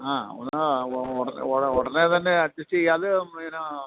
ആ ഉടനെ തന്നെ അഡ്ജസ്റ്റ് ചെയ്യാം അതു പിന്നെ